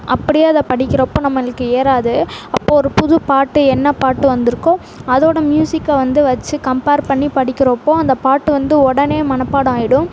அப்படியே அதை படிக்கிறப்போ நம்மளுக்கு ஏறாது அப்போ ஒரு புது பாட்டு என்ன பாட்டு வந்துயிருக்கோ அதோட மியூஸிக்கை வந்து வச்சு கம்பேர் பண்ணி படிக்கிறப்போ அந்த பாட்டு வந்து உடனே மனப்பாடம் ஆயிடும்